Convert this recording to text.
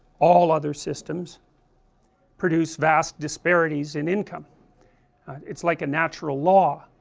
all other systems produce vast disparities in income it's like a natural law,